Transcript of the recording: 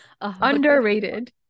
Underrated